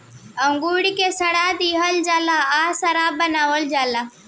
अंगूर के सड़ा दिहल जाला आ शराब बनावल जाला